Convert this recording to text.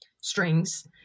strings